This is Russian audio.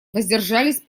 воздержались